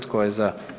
Tko je za?